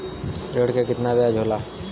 ऋण के कितना ब्याज होला?